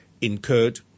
incurred